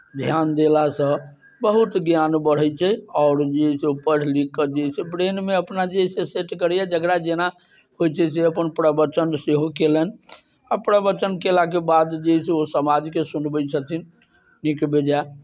ध्यान देलासँ बहुत ज्ञान बढ़ैत छै आओर जे अइ से ओ पढ़ि लिखि कऽ जे अइ से ब्रेनमे अपना जे अइ से सेट करैए जकरा जेना होइत छै से अपन प्रवचन सेहो कयलनि आ प्रवचन कयलाके बाद जे अइ से ओ समाजके सुनबैत छथिन नीक बेजाय